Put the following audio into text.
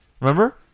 Remember